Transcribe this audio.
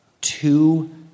two